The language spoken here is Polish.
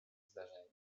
zdarzeniu